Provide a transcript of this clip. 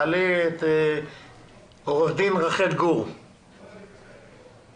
עו"ד רחל גור, בבקשה.